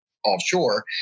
offshore